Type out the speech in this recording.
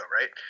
right